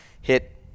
hit